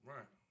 Right